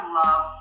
love